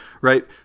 right